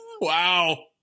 Wow